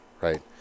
right